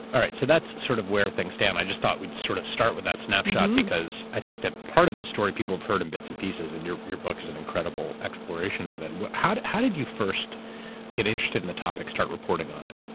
all right, so that's sort of where things stand. i just through we'd sort of start with that snapshot because i think that part of the story people have heard in bits and pieces, and your your book is an incredible exploration of it. how how did you first get interested in the topic, start reporting on it?